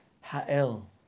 Ha'el